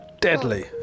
Deadly